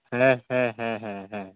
ᱦᱮᱸ ᱦᱮᱸ ᱦᱮᱸ ᱦᱮᱸ